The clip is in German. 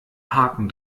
haken